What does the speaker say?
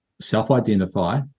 self-identify